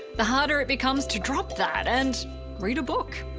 the harder it becomes to drop that and read a book.